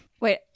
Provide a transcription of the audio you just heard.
Wait